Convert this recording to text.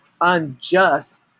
unjust